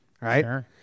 Right